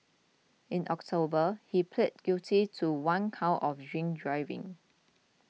in October he pleaded guilty to one count of drink driving